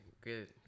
good